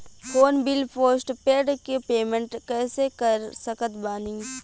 Phone bill postpaid के payment कैसे कर सकत बानी?